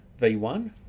V1